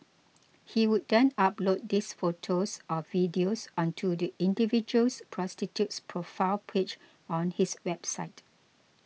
he would then upload these photos or videos onto the individual prostitute's profile page on his website